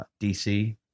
DC